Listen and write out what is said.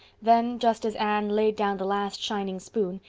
then, just as anne laid down the last shining spoon,